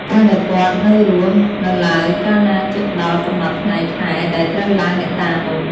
កាលដែលគាត់នៅរស់នៅឡើយកាលណាជិតដល់ កំណត់ថ្ងៃ ខែ ដែលត្រូវឡើងអ្នកតានោះ។